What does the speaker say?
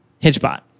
Hitchbot